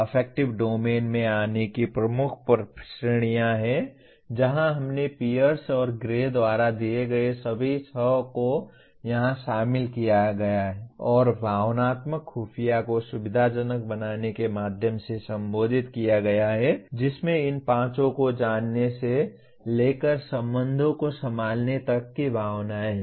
affective domain में आने की प्रमुख श्रेणियां हैं जहां हमने पियर्स और ग्रे द्वारा दिए गए सभी छह को यहां शामिल किया है और भावनात्मक खुफिया को सुविधाजनक बनाने के माध्यम से संबोधित किया गया है जिसमें इन पांचों को जानने से लेकर संबंधों को संभालने तक की भावनाएं हैं